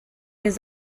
his